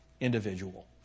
individual